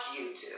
YouTube